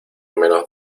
menos